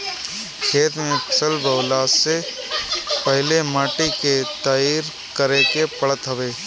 खेत में फसल बोअला से पहिले माटी के तईयार करे के पड़त हवे